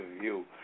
view